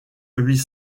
huit